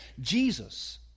Jesus